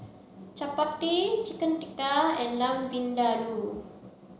Chapati Chicken Tikka and Lamb Vindaloo